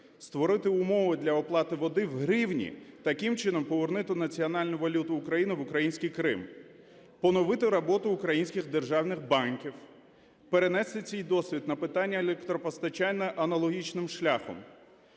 створити умови для оплати води в гривні, таким чином повернути національну валюту України в український Крим; поновити роботу українських державних банків, перенести цей досвід на питання електропостачання аналогічним шляхом;